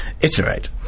iterate